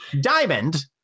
Diamond